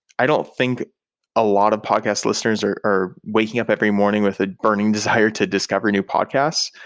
i don't think a lot of podcast listeners are are waking up every morning with a burning desire to discover new podcast.